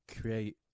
create